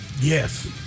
Yes